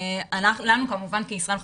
לנו כישראל החופשית,